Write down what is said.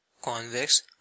Convex